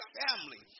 family